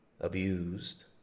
abused